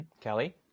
Kelly